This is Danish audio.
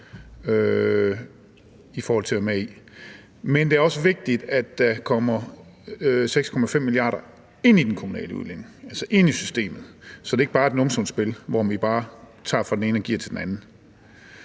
med. Det er også vigtigt, at der kommer 6,5 mia. kr. ind i den kommunale udligning, ind i systemet, så det ikke bare er et nulsumsspil, hvor vi tager fra den ene og giver til den anden.